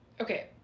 okay